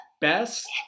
best